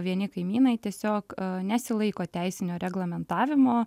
vieni kaimynai tiesiog nesilaiko teisinio reglamentavimo